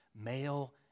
Male